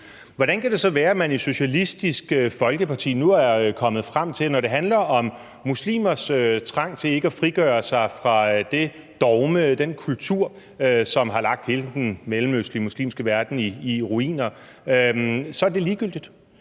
Hvordan kan det så være, at man i Socialistisk Folkeparti nu er kommet frem til, at når det handler om muslimers trang til ikke at frigøre sig fra det dogme, den kultur, som har lagt hele den mellemøstlige muslimske verden i ruiner, så er det ligegyldigt?